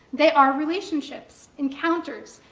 they are relationships, encounters,